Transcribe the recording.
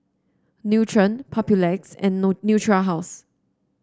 Nutren Papulex and Natura House